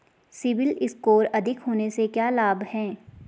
CIBIL score अधिक होने से क्या लाभ हैं?